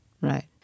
right